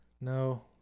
No